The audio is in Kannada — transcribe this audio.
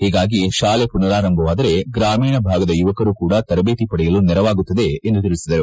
ಒೀಗಾಗಿ ಶಾಲೆ ಪುನಾರಂಭವಾದರೆ ಗ್ರಾಮೀಣ ಭಾಗದ ಯುವಕರೂ ಕೂಡ ತರಬೇತಿ ಪಡೆಯಲು ನೆರೆವಾಗುತ್ತದೆ ಎಂದು ತಿಳಿಸಿದರು